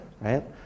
Right